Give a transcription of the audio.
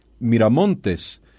Miramontes